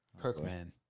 Kirkman